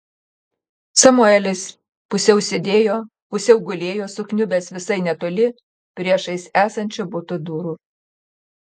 samuelis pusiau sėdėjo pusiau gulėjo sukniubęs visai netoli priešais esančio buto durų